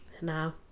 now